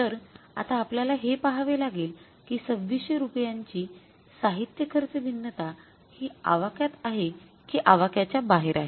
तर आता आपल्याला हे पाहावे लागेल कि २६०० रुपयांची साहित्य खर्च भिन्नता हि आवाक्यात आहे कि आवाक्याच्या बाहेर आहे